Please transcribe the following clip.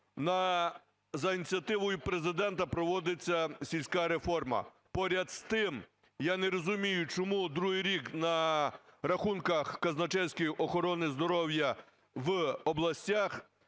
За ініціативою Президента проводиться сільська реформа. Поряд з тим, я не розумію, чому другий рік на рахунках казначейських охорони здоров'я в областях